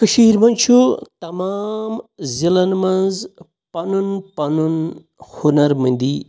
کشیرِ منٛز چِھ تَمام ضلعَن منٛز پَنُن پَنُن ہُنَر مندی